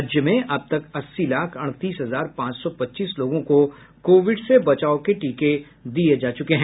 राज्य में अब तक अस्सी लाख अड़तीस हजार पांच सौ पच्चीस लोगों को कोविड से बचाव के टीके दिये जा चुके हैं